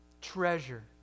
treasure